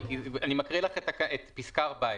אני מקריא לך את פסקה (14),